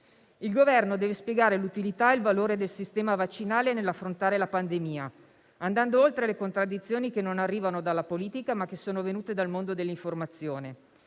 Il Governo deve spiegare l'utilità e il valore del sistema vaccinale nell'affrontare la pandemia, andando oltre le contraddizioni, che non arrivano dalla politica, ma che sono venute dal mondo dell'informazione.